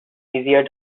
easier